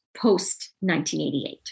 post-1988